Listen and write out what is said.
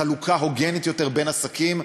חלוקה הוגנת יותר בין עסקים,